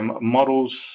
models